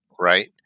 right